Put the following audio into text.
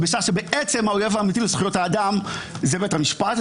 בשעה שבעצם האויב האמיתי לזכויות אדם הוא בית המשפט.